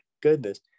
goodness